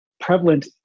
prevalent